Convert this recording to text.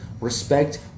respect